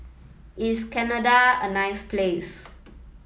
is Canada a nice place